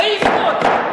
תעיפו אותו.